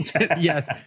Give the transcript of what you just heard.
Yes